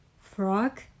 Frog